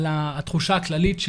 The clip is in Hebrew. על התחושה הכללית,